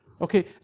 Okay